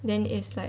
then is like